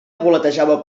voletejava